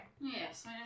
Yes